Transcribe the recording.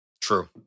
True